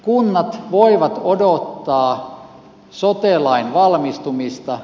kunnat voivat odottaa sote lain valmistumista